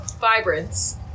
Vibrance